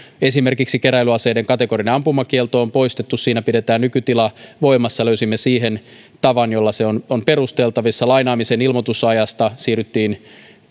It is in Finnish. esimerkiksi keräilyaseiden kategorinen ampumakielto on poistettu siinä pidetään nykytila voimassa löysimme siihen tavan jolla se on on perusteltavissa lainaamisen ilmoitusajassa siirryttiin